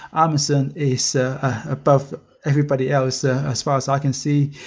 amazon is above everybody else ah as far as i can see.